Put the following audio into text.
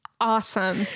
Awesome